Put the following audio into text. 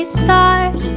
start